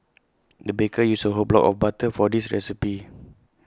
the baker used A whole block of butter for this recipe